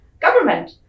government